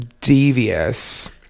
devious